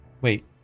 Wait